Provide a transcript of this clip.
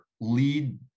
lead